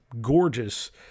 gorgeous